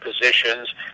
positions